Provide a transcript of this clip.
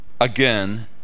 Again